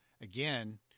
again